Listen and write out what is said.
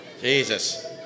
Jesus